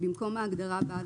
במקום ההגדרה "בעל